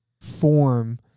form